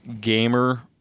gamer